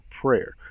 prayer